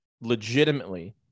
legitimately